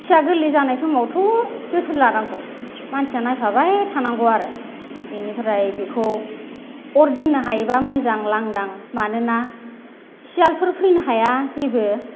फिसा गोरलै जानाय समावथ' जोथोन लानांगौ मानसिया नायफाबाय थानांगौ आरो बेनिफ्राय बेखौ अर दोननो हायोबा मोजां लांदां मानोना सियालफोर फैनो हाया जेबो